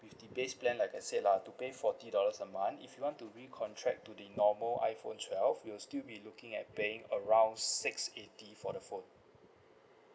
with the base plan like I said lah to pay forty dollars a month if you want to re contract to the normal iPhone twelve you'll still be looking at paying around six eighty for the phone